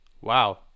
wow